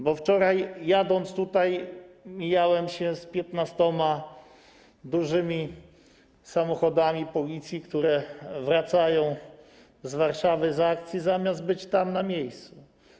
Bo wczoraj, jadąc tutaj, mijałem się z 15 dużymi samochodami Policji, które wracały z Warszawy z akcji, zamiast być tam, na miejscu.